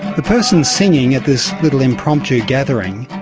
the person singing at this little impromptu gathering